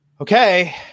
Okay